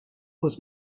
was